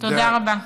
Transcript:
תודה רבה.